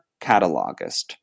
catalogist